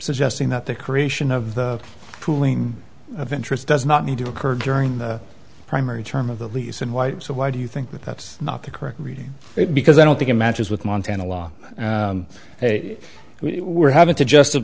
suggesting that the creation of the pooling of interest does not need to occur during the primary term of the lease and white so why do you think that that's not the correct reading because i don't think it matches with montana law we were having to just